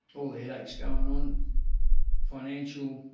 all the headaches going on financial,